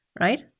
right